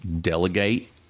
delegate